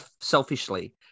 selfishly